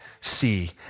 see